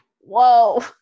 whoa